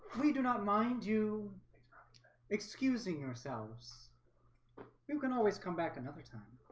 we do not mind you excusing ourselves you can always come back another time